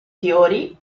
fiori